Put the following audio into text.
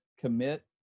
commit